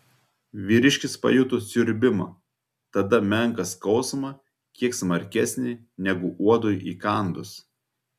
vyriškis pajuto siurbimą tada menką skausmą kiek smarkesnį negu uodui įkandus